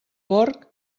porc